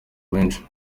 menshi